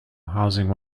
housing